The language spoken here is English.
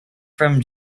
from